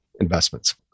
investments